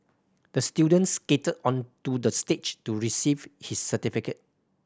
the student skated onto the stage to receive his certificate